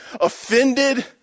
offended